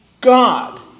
god